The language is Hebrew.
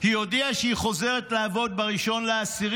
היא הודיעה שהיא חוזרת לעבוד ב-1 באוקטובר.